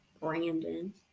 Brandon